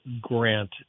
grant